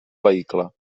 vehicle